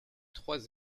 trois